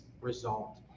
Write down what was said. result